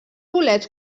bolets